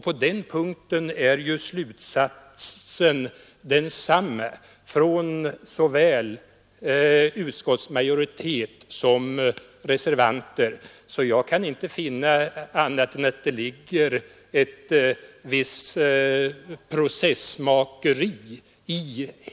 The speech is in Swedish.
På den punkten har utskottsmajoritet och reservanter kommit till samma slutsats. Jag kan inte se den här debatten som något annat än ett processmakeri.